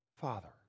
Father